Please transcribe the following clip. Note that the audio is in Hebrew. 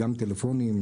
גם טלפונים,